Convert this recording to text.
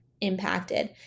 impacted